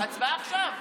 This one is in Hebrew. הצבעה עכשיו.